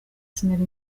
sinari